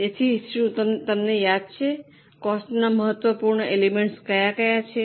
તેથી શું તમને હવે યાદ છે કોસ્ટના મહત્વપૂર્ણ એલિમેન્ટ કયા છે